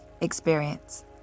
experience